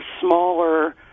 smaller